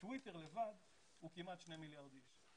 בטוויטר לבד, הוא כמעט שני מיליארד אנשים.